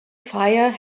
fire